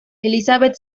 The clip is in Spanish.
elisabeth